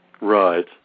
Right